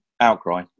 outcry